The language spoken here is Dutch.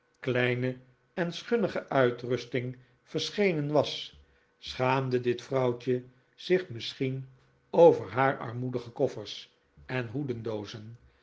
kleine en schunnige uitrusting verschenen was schaamde dit vrouwtje zich misschien over haar armoedige koffers en hoedendoozen en